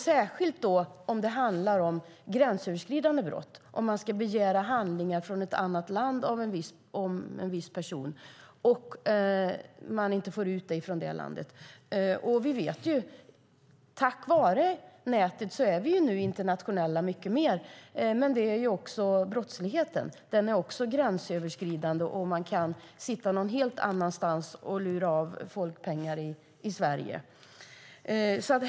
Särskilt gäller det gränsöverskridande brott där polisen begär handlingar från ett annat land om en viss person och inte får ut dem. Tack vare nätet är vi nu internationella i mycket högre grad, men också brottsligheten är gränsöverskridande. Man kan sitta någon helt annanstans och lura av folk pengar i Sverige.